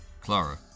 Clara